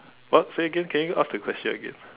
what say again can you ask the question again